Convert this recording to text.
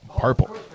Purple